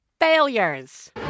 Failures